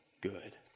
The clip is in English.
good